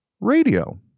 Radio